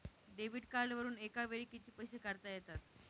Debit कार्डवरुन एका वेळी किती पैसे काढता येतात?